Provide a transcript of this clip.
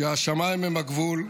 שהשמיים הם הגבול,